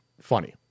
funny